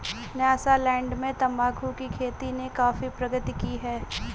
Nyasaland में तंबाकू की खेती ने काफी प्रगति की है